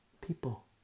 people